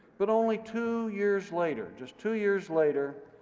but only two years later, just two years later,